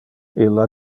illa